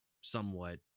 somewhat